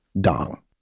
dong